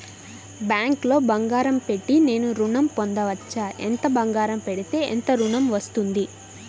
బ్యాంక్లో బంగారం పెట్టి నేను ఋణం పొందవచ్చా? ఎంత బంగారం పెడితే ఎంత ఋణం వస్తుంది?